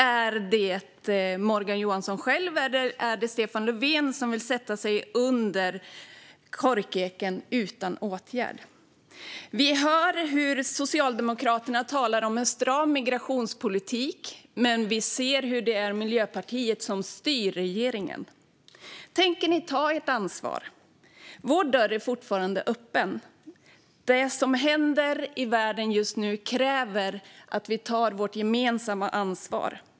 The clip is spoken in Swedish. Är det Morgan Johansson själv? Eller är det Stefan Löfven som vill sätta sig under korkeken utan åtgärd? Vi hör hur Socialdemokraterna talar om en stram migrationspolitik, men vi ser hur det är Miljöpartiet som styr regeringen. Tänker ni ta ert ansvar? Vår dörr är fortfarande öppen. Det som händer i världen just nu kräver att vi tar vårt gemensamma ansvar.